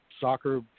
soccer